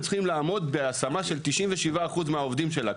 הם צריכים לעמוד בהשמה של 97 אחוזים מהעובדים שלהם.